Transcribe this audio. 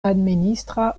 administra